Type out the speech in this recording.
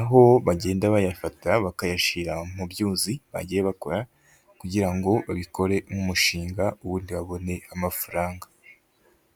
aho bagenda bayafata, bakayashyira mu byuzi bagiye bakora kugira ngo babikoremo umushinga, ubundi babone amafaranga.